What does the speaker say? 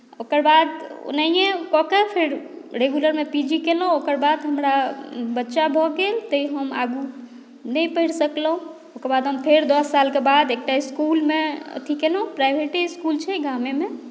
ओकर बाद ओनाहिये कऽ कऽ फेर रेगुलरमे पी जी केलहुँ ओकर बाद हमरा बच्चा भऽ गेल तैँ हम आगू नहि पढ़ि सकलहुँ ओकर बाद हम फेर दस सालके बाद एकटा इस्कुलमे अथी केलहुँ प्राइवेटे स्कूल छै गामेमे